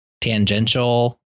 tangential